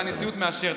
והנשיאות מאשרת,